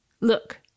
Look